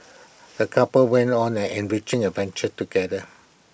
the couple went on an enriching adventure together